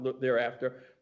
thereafter